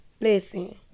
listen